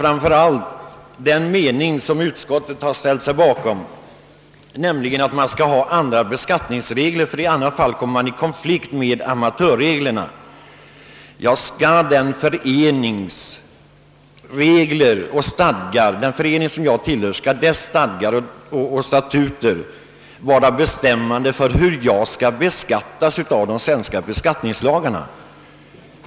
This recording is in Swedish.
Framför allt gäller detta den mening som utskottet ställt sig bakom, nämligen att man, för att idrottsmännen inte skall komma i konflikt med amatörreglerna, bör ha andra beskattningsregler för dem. Skall de stadgar och regler, som gäller i den idrottsförening jag tillhör, vara bestämmande för hur jag skall beskattas enligt den svenska skattelagstiftningen?